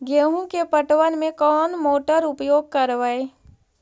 गेंहू के पटवन में कौन मोटर उपयोग करवय?